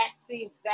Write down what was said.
vaccines